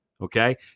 Okay